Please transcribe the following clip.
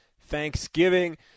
Thanksgiving